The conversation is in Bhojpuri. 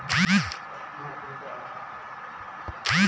एक किलोग्राम टमाटर कैसे खरदी?